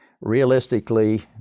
realistically